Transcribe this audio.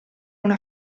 una